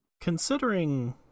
Considering